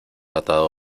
atado